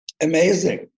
amazing